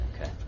Okay